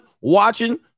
watching